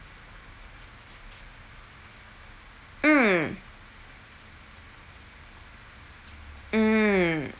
mm mm